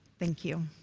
thank you.